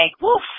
woof